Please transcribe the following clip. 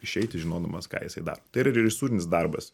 išeiti žinodamas ką jisai daro tai yra režisūrinis darbas